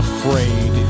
Afraid